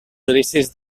judicis